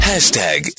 Hashtag